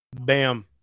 Bam